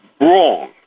wrong